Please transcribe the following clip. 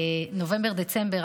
בנובמבר-דצמבר,